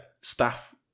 staff